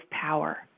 power